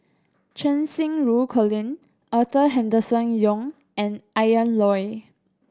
Cheng Xinru Colin Arthur Henderson Young and Ian Loy